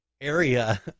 area